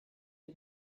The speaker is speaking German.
die